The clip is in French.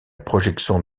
projection